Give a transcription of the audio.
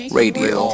radio